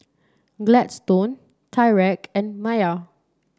Gladstone Tyrek and Maia